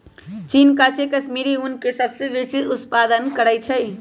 चीन काचे कश्मीरी ऊन के सबसे बेशी उत्पादन करइ छै